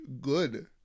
good